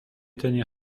tenir